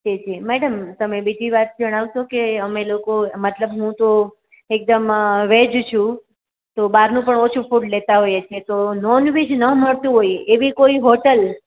જી જી મેડમ તમે બીજી વાત જણાવશો કે અમે લોકો મતલબ હું તો એકદમ વેજ છું તો બહારનું પણ ઓછું ફૂડ લેતાં હોઈએ છીએ તો નોનવેજ ન મળતું હોય એવી કોઈ હોટલ